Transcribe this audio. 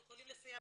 לסייע,